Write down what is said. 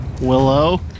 Willow